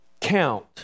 count